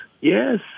yes